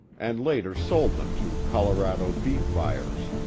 and later sold them to colorado beef buyers.